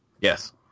Yes